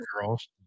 girls